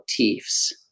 motifs